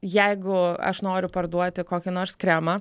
jeigu aš noriu parduoti kokį nors kremą